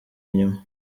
inyuma